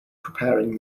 preparing